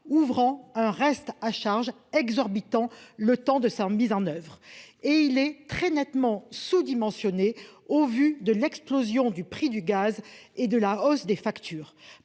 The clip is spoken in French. courir un reste à charge exorbitant le temps de sa mise en oeuvre. Ensuite, il est très nettement sous-dimensionné au vu de l'explosion du prix du gaz et de la hausse des factures.